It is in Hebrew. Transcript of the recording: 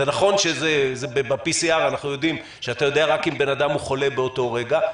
נכון שב-PCR אתה יודע רק אם אדם הוא חולה באותו רגע.